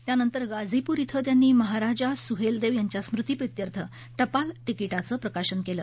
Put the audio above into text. त्यानंतर गाझीपूर इथं त्यांनी महाराजा सुहेलदेव यांच्या स्मृती प्रित्यर्थ टपाल तिकिटाचं प्रकाशन केलं